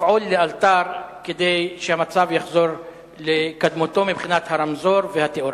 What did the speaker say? לפעול לאלתר כדי שהמצב יחזור לקדמותו מבחינת הרמזור והתאורה.